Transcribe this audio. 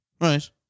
Right